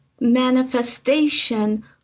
manifestation